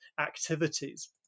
activities